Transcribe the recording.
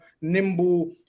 nimble